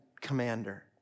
commander